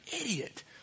idiot